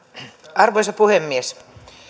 arvoisa puhemies